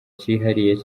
cyihariye